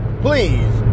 please